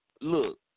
look